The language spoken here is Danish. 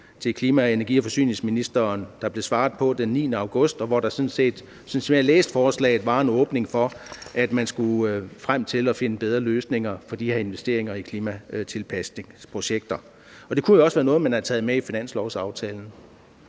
til klima-, energi- og forsyningsministeren, der blev svaret på den 9. august, og hvor der sådan set – sådan som jeg læste forslaget – var en åbning for, at man skulle frem til at finde bedre løsninger for de her investeringer i klimatilpasningsprojekter. Og det kunne jo også være noget, man havde taget med i finanslovsaftalen.